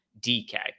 DK